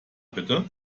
bitte